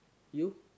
you